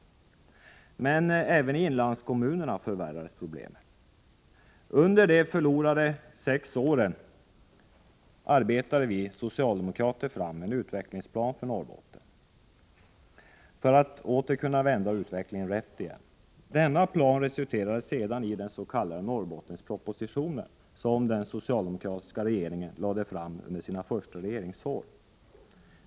Men även i inlandskommunerna förvärrades problemen. Under de förlorade sex åren arbetade vi socialdemokrater fram en utvecklingsplan för Norrbotten, för att åter kunna vända utvecklingen rätt igen. Denna plan resulterade sedan i dens.k. Norrbottenspropositionen som den socialdemokratiska regeringen lade fram under sina första regeringsår.